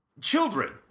Children